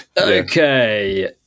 Okay